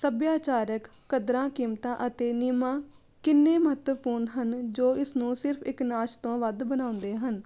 ਸੱਭਿਆਚਾਰਕ ਕਦਰਾਂ ਕੀਮਤਾਂ ਅਤੇ ਨਿਯਮਾਂ ਕਿੰਨੇ ਮਹੱਤਵਪੂਰਨ ਹਨ ਜੋ ਇਸ ਨੂੰ ਸਿਰਫ ਇੱਕ ਨਾਚ ਤੋਂ ਵੱਧ ਬਣਾਉਂਦੇ ਹਨ